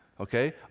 okay